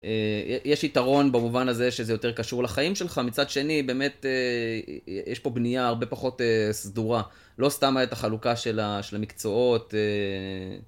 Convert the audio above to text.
יש יתרון במובן הזה שזה יותר קשור לחיים שלך, מצד שני באמת יש פה בנייה הרבה פחות סדורה, לא סתמה את החלוקה של המקצועות.